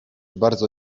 bardzo